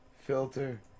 filter